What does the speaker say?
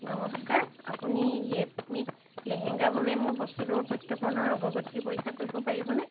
নমস্কাৰ আপুনি য়েপমিত লেহেঙ্গাৰ বাবে মোৰ বস্তুটোৰ প্ৰত্যৰ্পণৰ অগ্ৰগতি পৰীক্ষা কৰিব পাৰিবনে